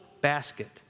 basket